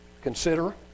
consider